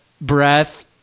breath